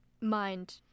mind